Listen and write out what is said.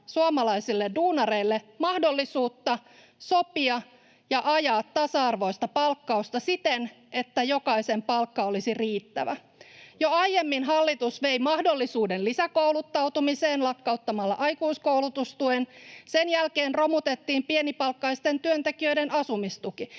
suomalaisille duunareille mahdollisuutta sopia ja ajaa tasa-arvoista palkkausta siten, että jokaisen palkka olisi riittävä? Jo aiemmin hallitus vei mahdollisuuden lisäkouluttautumiseen lakkauttamalla aikuiskoulutustuen, sen jälkeen romutettiin pienipalkkaisten työntekijöiden asumistuki.